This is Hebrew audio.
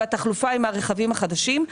והתחלופה היא עם הרכבים החדשים.